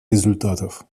результатов